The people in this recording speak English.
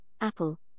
Apple